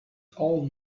all